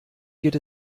geht